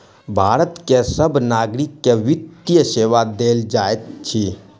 भारत के सभ नागरिक के वित्तीय सेवा देल जाइत अछि